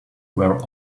were